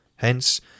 Hence